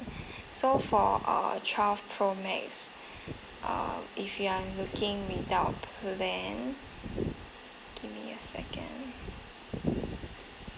so for uh twelve pro max uh if you are looking without plan give a second